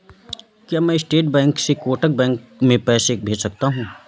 क्या मैं state bank से कोटक बैंक में पैसे भेज सकता हूँ?